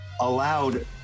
allowed